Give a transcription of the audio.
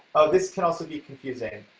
this can also be confusing.